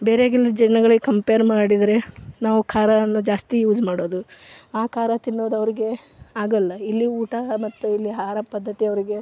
ಬೇರೆಗಿನ ಜನಗಳಿಗೆ ಕಂಪೇರ್ ಮಾಡಿದರೆ ನಾವು ಖಾರವನ್ನು ಜಾಸ್ತಿ ಯೂಸ್ ಮಾಡೋದು ಆ ಖಾರ ತಿನ್ನೊದವರಿಗೆ ಆಗೋಲ್ಲ ಇಲ್ಲಿ ಊಟ ಮತ್ತು ಇಲ್ಲಿ ಆಹಾರ ಪದ್ಧತಿ ಅವರಿಗೆ